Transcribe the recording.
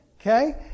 Okay